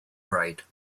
right